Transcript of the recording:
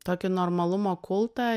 tokį normalumo kultą